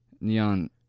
Neon